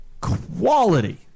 quality